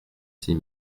six